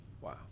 Wow